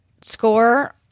Score